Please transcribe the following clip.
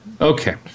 Okay